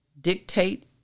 dictate